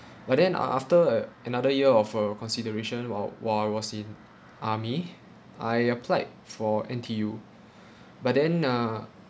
but then ah after a~ another year of uh consideration while while I was in army I applied for N_T_U but then uh